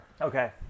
Okay